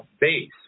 Base